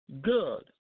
Good